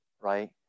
right